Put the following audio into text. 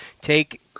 Take